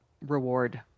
reward